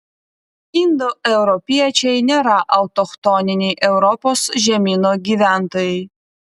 indoeuropiečiai nėra autochtoniniai europos žemyno gyventojai